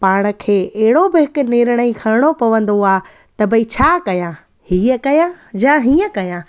पाण खे अहिड़ो बि हिकु निर्णय खरिणो पवंदो आहे त भई छा कया हीअं कया या हीअं कया